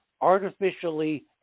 artificially